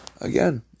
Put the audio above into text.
again